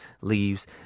Leaves